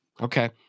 Okay